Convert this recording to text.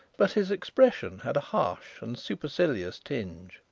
but his expression had a harsh and supercilious tinge.